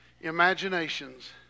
imaginations